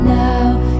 now